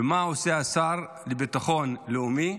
ומה עושה השר לביטחון לאומי?